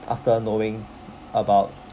after knowing about